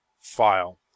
file